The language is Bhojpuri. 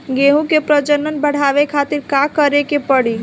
गेहूं के प्रजनन बढ़ावे खातिर का करे के पड़ी?